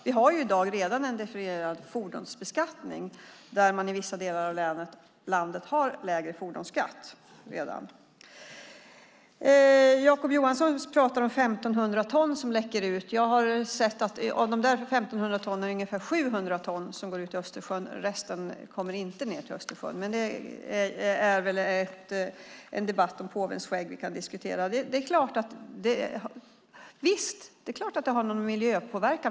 Vi har redan i dag en differentierad fordonsbeskattning, där man i vissa delar av landet har lägre fordonsskatt. Jacob Johnson säger att det är 1 500 ton som läcker ut. Jag har fått uppgift om att det av dessa är ungefär 700 ton som rinner ut i Östersjön. Resten rinner inte ned. Men detta är väl en tvist om påvens skägg. Visst har handelsgödseln miljöpåverkan.